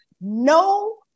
no